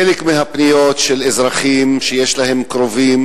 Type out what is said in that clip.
חלק מהפניות הן של אזרחים שיש להם קרובים